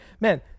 man